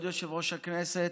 כבוד יושב-ראש הכנסת,